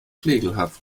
flegelhaft